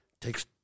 Takes